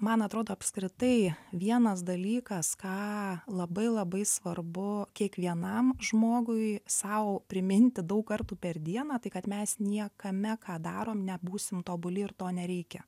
man atrodo apskritai vienas dalykas ką labai labai svarbu kiekvienam žmogui sau priminti daug kartų per dieną tai kad mes niekame ką darom nebūsim tobuli ir to nereikia